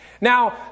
Now